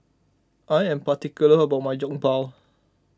I am particular about my Jokbal